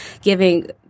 giving –